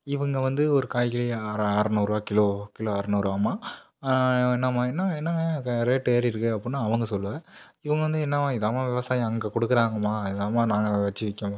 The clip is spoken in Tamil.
இவங்க வந்து ஒரு காய்கறியை ஆறா அறநூறுரூவா கிலோ கிலோ அறநூறுரூவாம்மா நம்ம என்ன என்ன கா ரேட்டு ஏறி இருக்கு அப்புடின்னு அவங்க சொல்ல இவங்க வந்து என்னாம்மா இதாம்மா விவசாயம் அங்கே கொடுக்கறாங்கம்மா இதாம்மா நாங்கள் அதை வச்சி விக்கணும்